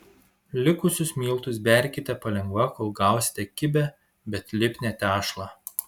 likusius miltus berkite palengva kol gausite kibią bet lipnią tešlą